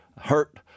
hurt